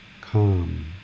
calm